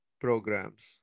programs